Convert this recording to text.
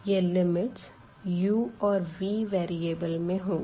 यह limits u और v variable में होंगी